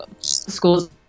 Schools